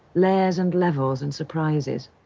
layers and levels and surprises.